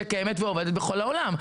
וקיימת ועובדת בכל העולם.